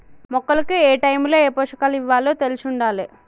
మొక్కలకు ఏటైముల ఏ పోషకాలివ్వాలో తెలిశుండాలే